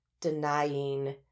denying